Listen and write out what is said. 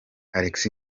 alex